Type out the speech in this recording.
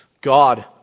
God